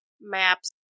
maps